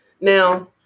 Now